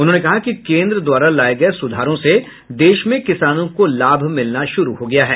उन्होंने कहा कि केंद्र द्वारा लाए गए सुधारों से देश में किसानों को लाभ मिलना शुरू हो गया है